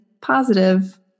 positive